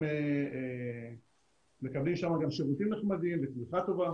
הם מקבלים שם גם שירותים נחמדים ותמיכה טובה.